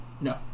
No